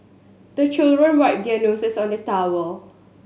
the children wipe their noses on the towel